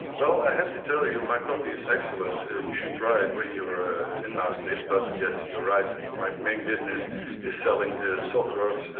well i have to tell you my coffee is excellent, and you should try it when you're in maastricht, but yes, you're right, my main business is selling soft drugs,